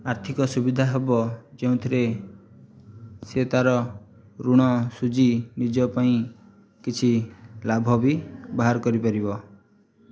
ଆର୍ଥିକ ସୁବିଧା ହେବ ଯେଉଁଥିରେ ସେ ତା'ର ଋଣ ଶୁଝି ନିଜ ପାଇଁ କିଛି ଲାଭ ବି ବାହାର କରିପାରିବ